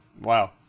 wow